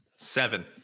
Seven